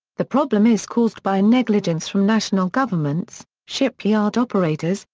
the problem is caused by negligence from national governments, shipyard operators,